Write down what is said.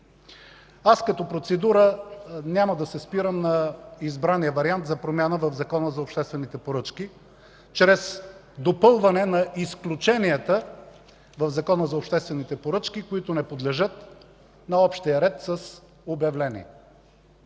Като процедура няма да се спирам на избрания вариант за промяна в Закона за обществените поръчки чрез допълване на изключенията в него, които не подлежат на общия ред с обявление.